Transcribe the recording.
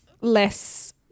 less